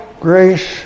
grace